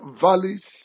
valleys